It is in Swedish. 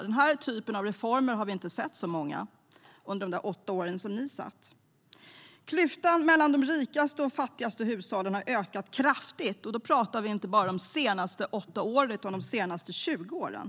Den här typen av reformer såg vi inte så många av under de åtta år som de borgerliga partierna styrde. Klyftan mellan de rikaste och fattigaste hushållen har ökat kraftigt. Då pratar vi inte bara om de senaste åtta åren utan om de senaste tjugo åren.